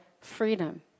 freedom